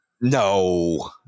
no